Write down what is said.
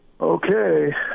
Okay